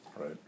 right